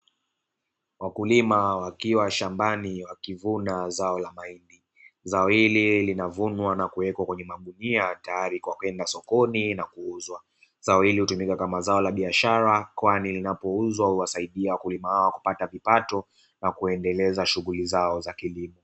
Wakulima wakiwa shambani wakivuna zao la mahindi, zao hili linavunwa na kuwekwa kwenye magunia tayari kwenda sokoni kwa kuuzwa, zao hili hutumika kama zao la biashara kwani linapouzwa huwasaidia wakulima hao kupata vipato na kuendeleza shughuli zao za kilimo.